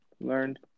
learned